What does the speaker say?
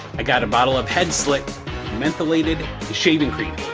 i got a bottle of head slick mentholated shaving cream.